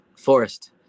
Forest